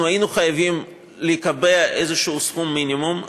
היינו חייבים לקבע איזשהו סכום מינימום.